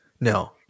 No